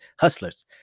Hustlers